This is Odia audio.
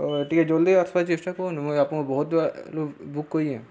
ହଉ ଟିକେ ଜଲ୍ଦି ଆସବାରକେ ଚଷ୍ଟା କରୁନୁ ଆପଣଙ୍କୁ ବହୁତ ବେଳୁ ବୁକ୍ କରିିଛେଁ